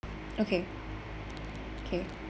okay okay